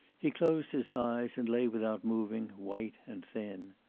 he closed his eyes, and lay without moving, white and thin.